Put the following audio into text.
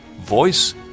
voice